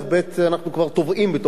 אנחנו כבר טובעים בתוך הזבל.